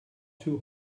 too